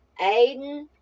Aiden